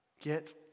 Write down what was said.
get